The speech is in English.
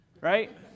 Right